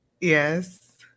yes